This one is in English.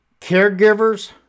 Caregivers